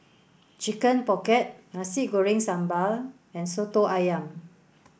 Chicken Pocket Nasi Goreng Sambal and Soto Ayam